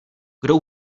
kdo